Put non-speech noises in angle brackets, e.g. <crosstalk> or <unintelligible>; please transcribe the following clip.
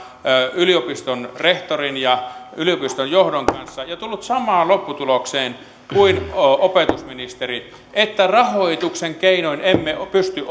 yliopiston rehtorin ja yliopiston johdon kanssa ja tullut samaan lopputulokseen kuin opetusministeri rahoituksen keinoin emme pysty <unintelligible>